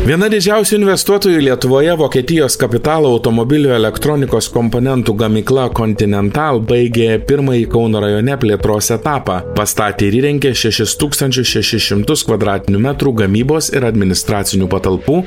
viena didžiausių investuotojų lietuvoje vokietijos kapitalo automobilių elektronikos komponentų gamykla kontinental baigė pirmąjį kauno rajone plėtros etapą pastatė ir įrengė šešis tūkstančius šešis šimtus kvadratinių metrų gamybos ir administracinių patalpų